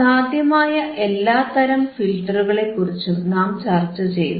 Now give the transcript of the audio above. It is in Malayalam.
സാധ്യമായ എല്ലാത്തരം ഫിൽറ്ററുകളെക്കുറിച്ചും നാം ചർച്ചചെയ്തു